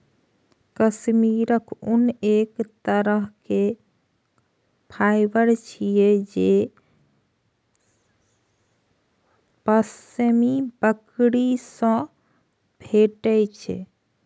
काश्मीरी ऊन एक तरहक फाइबर छियै जे पश्मीना बकरी सं भेटै छै